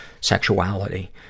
sexuality